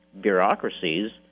bureaucracies